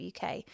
uk